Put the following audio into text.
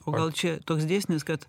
o gal čia toks dėsnis kad